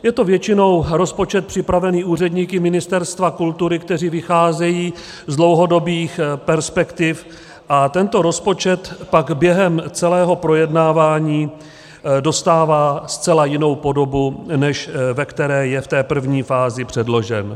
Je to většinou rozpočet připravený úředníky Ministerstva kultury, kteří vycházejí z dlouhodobých perspektiv, a tento rozpočet pak během celého projednávání dostává zcela jinou podobu, než ve které je v té první fázi předložen.